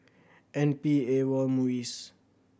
N P AWOL and MUIS